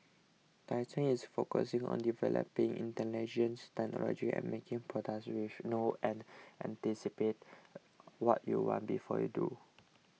Dyson is focusing on developing intelligent technology and making products which know and anticipate what you want before you do